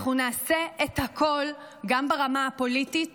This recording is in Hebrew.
אנחנו נעשה את הכול, גם ברמה הפוליטית